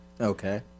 Okay